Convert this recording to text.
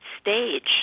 stage